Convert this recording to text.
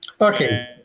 okay